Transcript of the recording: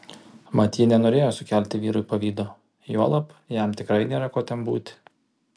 mat ji nenorėjo sukelti vyrui pavydo juolab jam tikrai nėra ko ten būti